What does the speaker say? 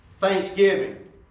thanksgiving